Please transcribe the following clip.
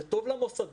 זה טוב למוסדות,